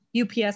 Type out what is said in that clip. UPS